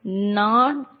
not square all 4